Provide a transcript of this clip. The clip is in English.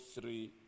three